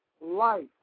life